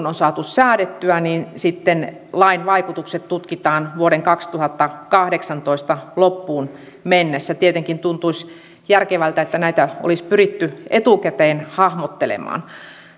on saatu säädettyä niin sitten lain vaikutukset tutkitaan vuoden kaksituhattakahdeksantoista loppuun mennessä tietenkin tuntuisi järkevältä että näitä olisi pyritty etukäteen hahmottelemaan